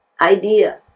idea